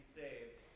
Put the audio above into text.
saved